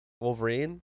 Wolverine